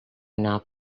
not